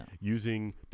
using